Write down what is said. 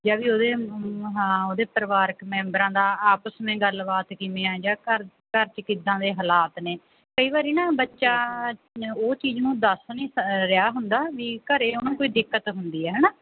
ਜਾਂ ਵੀ ਉਹਦੇ ਹਾਂ ਉਹਦੇ ਪਰਿਵਾਰਿਕ ਮੈਂਬਰਾਂ ਦਾ ਆਪਸ ਮੇਂ ਗੱਲਬਾਤ ਕਿਵੇਂ ਆ ਜਾਂ ਘਰ ਘਰ 'ਚ ਕਿੱਦਾਂ ਦੇ ਹਾਲਾਤ ਨੇ ਕਈ ਵਾਰੀ ਨਾ ਬੱਚਾ ਉਹ ਚੀਜ਼ ਨੂੰ ਦੱਸ ਨਹੀਂ ਸ ਰਿਹਾ ਹੁੰਦਾ ਵੀ ਘਰ ਉਹਨੂੰ ਕੋਈ ਦਿੱਕਤ ਹੁੰਦੀ ਹੈ ਹੈ ਨਾ